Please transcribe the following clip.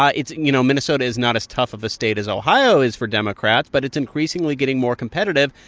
ah it's you know, minnesota is not as tough of a state as ohio is for democrats, but it's increasingly getting more competitive.